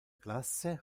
classe